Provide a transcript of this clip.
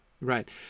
right